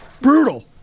Brutal